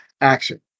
Action